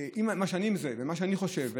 מה שאני מזהה ומה שאני חושב,